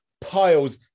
piles